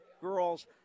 Girls